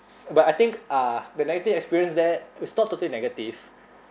but I think uh the negative experience there it's not totally negative